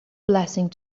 blessing